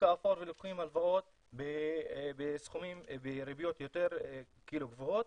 האפור ולוקחים הלוואות בריביות גבוהות,